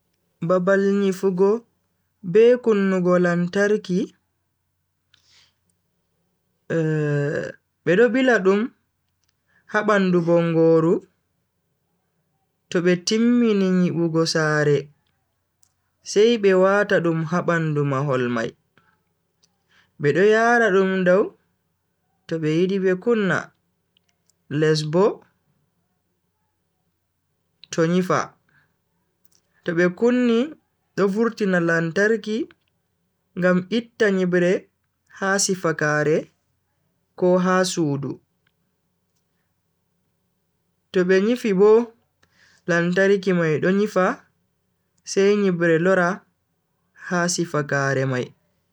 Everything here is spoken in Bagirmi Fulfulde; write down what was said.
Babal nyifugo be kunnugo lantarki, bedo bila dum ha bandu bongoru to be timmini nyibugo sare sai be wata dum ha bandu mahol mai, bedo yara dum dow to be yidi be kunna, les bo to nyifa. to be kunni do vurtina lantarki ngam itta nyibre ha sifakaare ko ha sudu, to be nyifi bo lantarki mai do nyifa sai nyibre lora ha sifakaare mai.